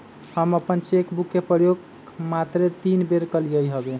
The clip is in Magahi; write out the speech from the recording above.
हम अप्पन चेक बुक के प्रयोग मातरे तीने बेर कलियइ हबे